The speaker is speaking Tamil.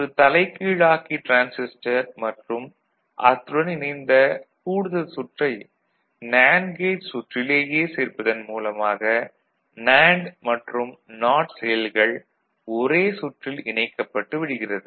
ஒரு தலைகீழாக்கி டிரான்சிஸ்டர் மற்றும் அத்துடன் இணைந்த கூடுதல் சுற்றை நேண்டு கேட் சுற்றிலேயே சேர்ப்பதன் மூலமாக நேண்டு மற்றும் நாட் செயல்கள் ஒரே சுற்றில் இணைக்கப்பட்டு விடுகிறது